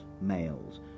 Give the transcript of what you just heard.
males